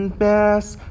best